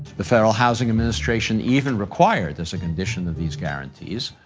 the federal housing administration even required, as a condition of these guarantees,